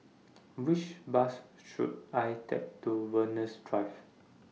Which Bus should I Take to Venus Drive